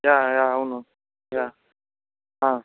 yeah yeah అవును yeah